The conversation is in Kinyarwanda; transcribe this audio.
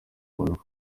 muntu